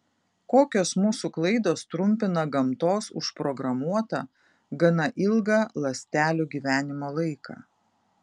kokios mūsų klaidos trumpina gamtos užprogramuotą gana ilgą ląstelių gyvenimo laiką